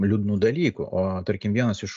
liūdnų dalykų o tarkim vienas iš